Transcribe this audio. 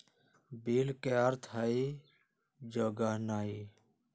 bill के अर्थ हइ जोगनाइ